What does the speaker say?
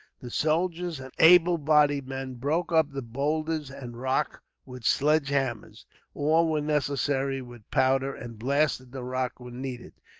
the soldiers and able-bodied men broke up the boulders and rock with sledgehammers or, when necessary, with powder, and blasted the rock, when needed.